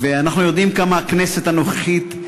ואנחנו יודעים כמה הכנסת הנוכחית,